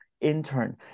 intern